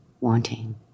wanting